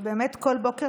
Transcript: ובאמת כל בוקר,